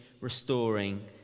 restoring